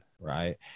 right